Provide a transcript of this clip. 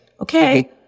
okay